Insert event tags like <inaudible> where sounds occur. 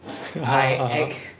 <laughs>